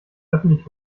öffentlich